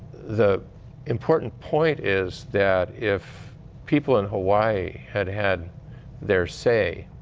the important point is that if people in hawaii had had their say,